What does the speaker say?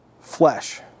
flesh